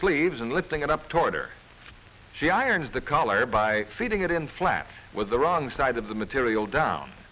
sleeves and lifting it up toward her she irons the color by feeding it in flat was the wrong side of the material down